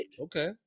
Okay